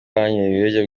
banyoye